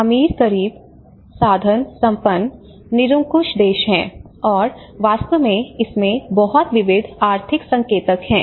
अमीर गरीब साधन संपन्न निरंकुश देश हैं और वास्तव में इसमें बहुत विविध आर्थिक संकेतक हैं